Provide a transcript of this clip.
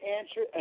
answer